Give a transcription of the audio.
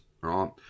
right